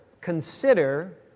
consider